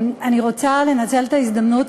אני רוצה לנצל את ההזדמנות,